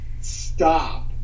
stop